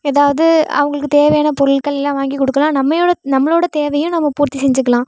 ஏதாவது அவங்களுக்கு தேவையான பொருட்களெலாம் வாங்கிக் கொடுக்கலாம் நம்மையோட நம்மளோட தேவையும் நம்ம பூர்த்தி செஞ்சுக்கலாம்